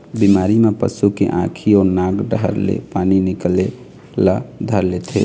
बिमारी म पशु के आँखी अउ नाक डहर ले पानी निकले ल धर लेथे